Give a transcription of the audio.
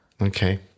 okay